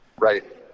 Right